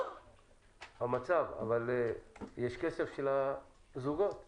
אבל יש כסף של הזוגות אצלך,